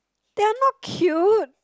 they are not cute